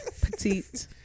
petite